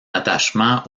attachement